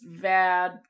bad